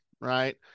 right